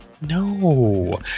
no